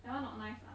that one not nice lah